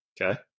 okay